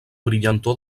brillantor